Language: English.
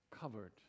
covered